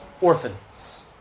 orphans